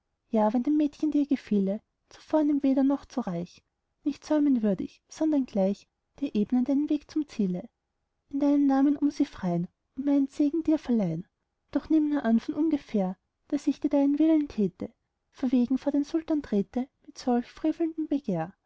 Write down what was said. ja wenn ein mädchen dir gefiele zu vornehm weder noch zu reich nicht säumen würd ich sondern gleich dir ebnen deinen weg zum ziele in deinem namen um sie frei'n und meinen segen dir verleihn doch nimm nur an von ungefähr daß ich dir deinen willen täte verwegen vor den sultan träte mit solchem frevelnden begehr würd